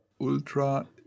Ultra